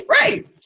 right